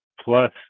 plus